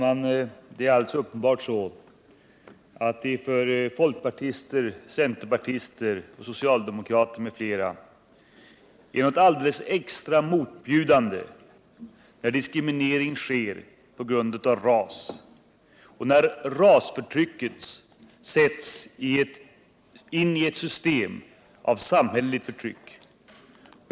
Herr talman! Helt uppenbart är det för folkpartister, centerpartister och socialdemokrater m.fl. något alldeles extra motbjudande när diskriminering sker på grund av ras och när rasförtrycket sätts in i ett system av samhälleligt förtryck.